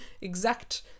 exact